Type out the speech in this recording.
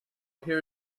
here